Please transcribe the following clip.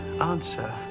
answer